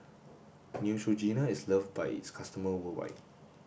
Neutrogena is loved by its customer worldwide